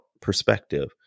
perspective